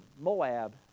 Moab